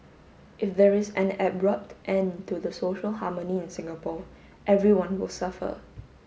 if there is an abrupt end to the social harmony in Singapore everyone will suffer